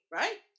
right